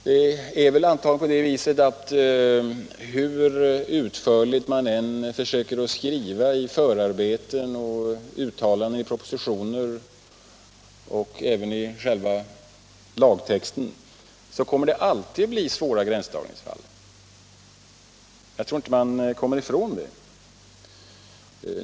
Det är väl antagligen så att hur utförligt man än försöker skriva i förarbeten och uttalanden i propositioner, så kommer det alltid att bli svåra gränsdragningsfall. Jag tror inte man kommer ifrån det.